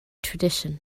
tradition